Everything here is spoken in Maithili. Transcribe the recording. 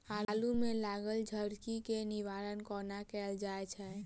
आलु मे लागल झरकी केँ निवारण कोना कैल जाय छै?